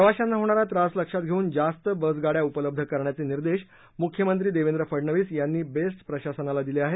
प्रवाशांना होणारा त्रास लक्षात घेऊन जास्त बसगाड्या उपलब्ध करण्याचे निर्देश मुख्यमंत्री देवेंद्र फडनवीस यांनी बेस्ट प्रशासनाला दिले आहेत